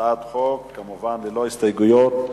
הצעת חוק, כמובן, ללא הסתייגויות.